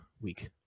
week